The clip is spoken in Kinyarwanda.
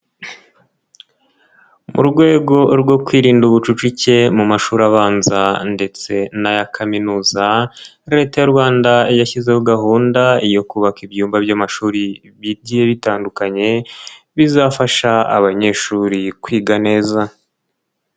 Mu rwego rwo kwirinda ubucucike mu mashuri abanza ndetse na ya kaminuza Leta y'u Rwanda yashyizeho gahunda yo kubaka ibyumba by'amashuri bigiye bitandukanye bizafasha abanyeshuri kwiga neza.